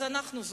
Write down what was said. אז אנחנו זוכרים.